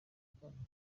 buhinde